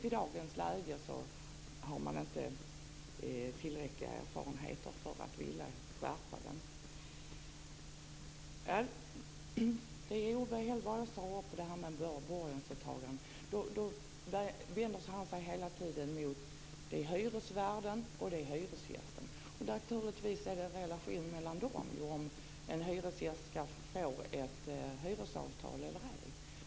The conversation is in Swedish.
I dagens läge finns det inte tillräckliga erfarenheter för att man skall föreslå att den skall skärpas. Owe Hellberg tar också upp frågan om borgensåtaganden. Det är hyresvärden, och det är hyresgästen. Naturligtvis finns det en relation mellan dem. Det gäller om en tänkbar hyresgäst skall få ett hyresavtal eller ej.